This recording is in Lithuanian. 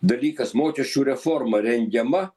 dalykas mokesčių reforma rengiama